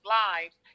lives